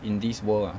in this world ah